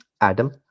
Adam